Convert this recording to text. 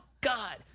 god